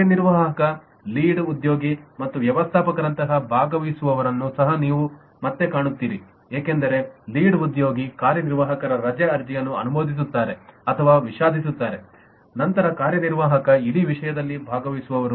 ಕಾರ್ಯನಿರ್ವಾಹಕ ಲೀಡ್ ಉದ್ಯೋಗಿ ಮತ್ತು ವ್ಯವಸ್ಥಾಪಕರಂತಹ ಭಾಗವಹಿಸುವವರನ್ನು ಸಹ ನೀವು ಮತ್ತೆ ಕಾಣುತ್ತೀರಿ ಏಕೆಂದರೆ ಲೀಡ್ ಉದ್ಯೋಗಿ ಕಾರ್ಯನಿರ್ವಾಹಕರ ರಜೆ ಅರ್ಜಿಯನ್ನು ಅನುಮೋದಿಸುತ್ತಾರೆ ಅಥವಾ ವಿಷಾದಿಸುತ್ತಾರೆ ನಂತರ ಕಾರ್ಯನಿರ್ವಾಹಕ ಇಡೀ ವಿಷಯದಲ್ಲಿ ಭಾಗವಹಿಸುವವರು